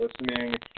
listening